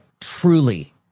truly